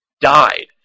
died